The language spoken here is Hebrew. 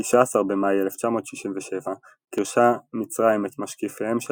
ב-19 במאי 1967 גירשה מצרים את משקיפיהם של